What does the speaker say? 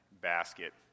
basket